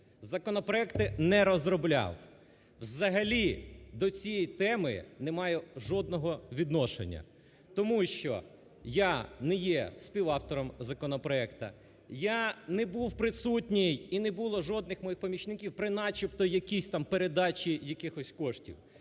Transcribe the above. законопроекти не розробляв, взагалі до цієї теми не маю жодного відношення, тому що я не є співавтором законопроекту. Я не був присутній і не було жодних моїх помічників при, начебто, якійсь там передачі якихось коштів.